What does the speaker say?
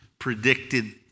Predicted